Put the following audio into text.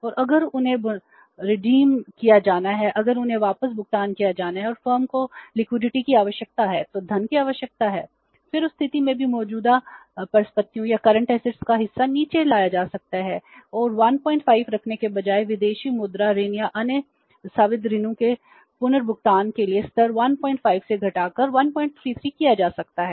और अगर उन्हें भुनाया का हिस्सा नीचे लाया जा सकता है और 15 रखने के बजाय विदेशी मुद्रा ऋण या अन्य सावधि ऋणों के पुनर्भुगतान के लिए स्तर 15 से घटाकर 133 किया जा सकता है